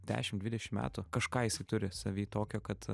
dešim dvidešim metų kažką jisai turi savy tokio kad